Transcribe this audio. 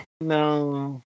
No